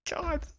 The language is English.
God